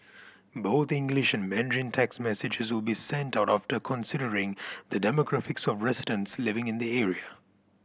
both English and Mandarin text messages will be sent out after considering the demographics of residents living in the area